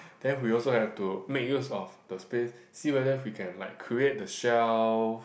then we also have to make use of the space see whether we can like create the shelf